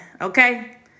okay